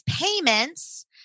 payments